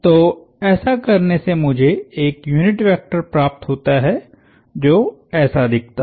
तो ऐसा करने से मुझे एक यूनिट वेक्टर प्राप्त होता है जो ऐसा दिखता है